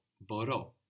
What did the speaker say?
BORO